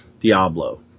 Diablo